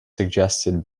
suggested